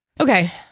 Okay